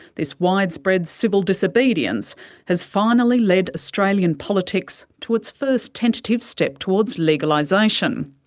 this widespread civil disobedience has finally led australian politics to its first tentative step towards legalisation.